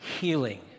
healing